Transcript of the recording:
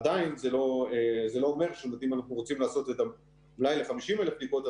עדיין זה לא אומר שאם אנחנו רוצים לעשות את המלאי ל-50,000 בדיקות,